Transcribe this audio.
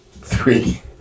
Three